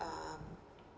um